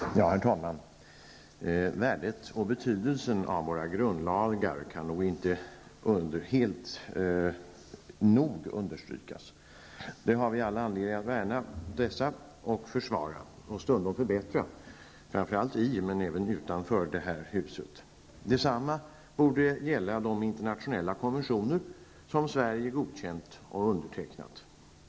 Herr talman! Värdet och betydelsen av våra grundlagar kan inte nog understrykas. Vi har all anledning att värna och försvara dem -- och stundom förbättra -- framför allt i och men även utanför detta hus. Detsamma borde gälla de internationella konventioner som Sverige godkänt och undertecknat.